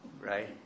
right